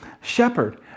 shepherd